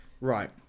right